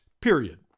period